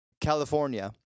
California